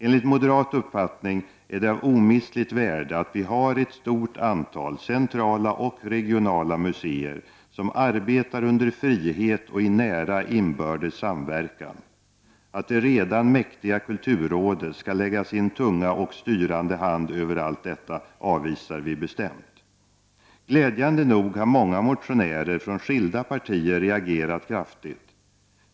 Enligt moderat uppfattning är det av omistligt värde att vi har ett stort antal centrala och regionala museer som arbetar under frihet och i nära inbördes samverkan. Att det redan mäktiga kulturrådet skall lägga sin tunga och styrande hand över allt detta avvisar vi bestämt. Glädjande nog har många motionärer från skilda partier reagerat kraftigt.